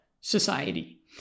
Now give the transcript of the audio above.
society